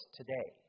today